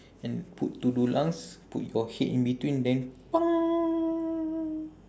and put two dulangs put your head in between then